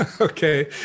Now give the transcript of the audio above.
okay